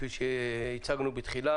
כפי שהצגנו בתחילה,